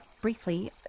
Briefly